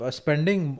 spending